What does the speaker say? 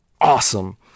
awesome